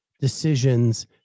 decisions